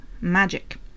magic